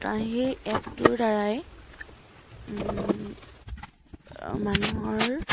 সেই এপটোৰ দ্বাৰাই মানুহৰ